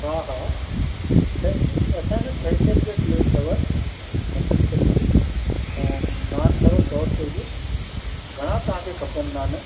हा हा छहे असांजे न छएसे रुपए प्लेट अथव मटन कढ़ी जी ऐं नॉन अथव सौ रुपए जूं घणा तव्हांखे खपनि नान